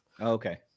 Okay